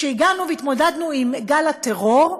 כשהתמודדנו עם גל הטרור,